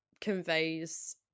conveys –